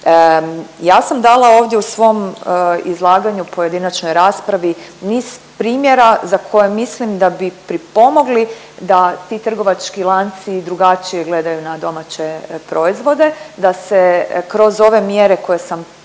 Ja sam dala ovdje u svom izlaganju u pojedinačnoj raspravi niz primjera za koje mislim da bi pripomogli da ti trgovački lanci drugačije gledaju na domaće proizvode, da se kroz ove mjere koje sam ovdje